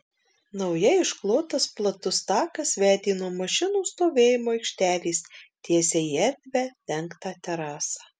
naujai išklotas platus takas vedė nuo mašinų stovėjimo aikštelės tiesiai į erdvią dengtą terasą